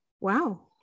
wow